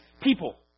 people